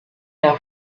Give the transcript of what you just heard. der